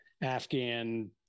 Afghan